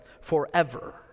forever